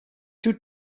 two